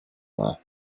there